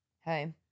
Hey